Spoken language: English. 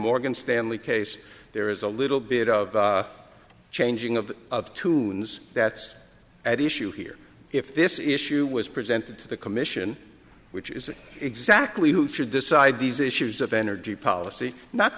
morgan stanley case there is a little bit of changing of of tunes that's at issue here if this issue was presented to the commission which is exactly who should decide these issues of energy